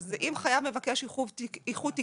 אז אם חייב מבקש איחוד תיקים,